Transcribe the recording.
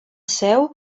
seu